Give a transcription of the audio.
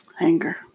Anger